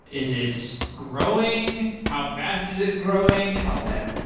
is it growing? how fast is it growing? oh man.